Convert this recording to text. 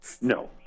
no